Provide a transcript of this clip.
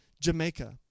Jamaica